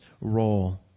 role